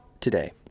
today